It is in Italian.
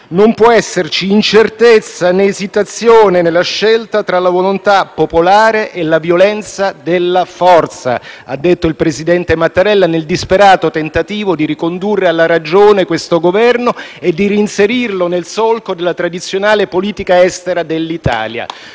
non può esserci incertezza né esitazione nella scelta tra la volontà popolare e la violenza della forza nel disperato tentativo di ricondurre alla ragione questo Governo e di reinserirlo nel solco della tradizionale politica estera dell'Italia.